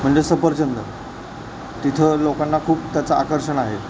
म्हणजे सफरचंद तिथं लोकांना खूप त्याचं आकर्षण आहे